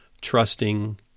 trusting